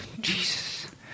Jesus